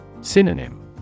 Synonym